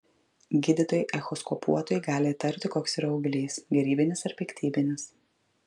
gydytojai echoskopuotojai gali įtarti koks yra auglys gerybinis ar piktybinis